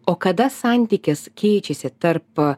o kada santykis keičiasi tarp